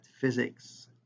physics